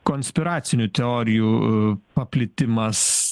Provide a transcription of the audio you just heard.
konspiracinių teorijų paplitimas